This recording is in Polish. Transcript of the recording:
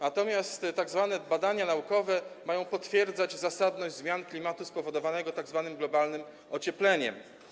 Natomiast tzw. badania naukowe mają potwierdzać zasadność zmian klimatu spowodowanych tzw. globalnym ociepleniem.